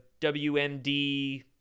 WMD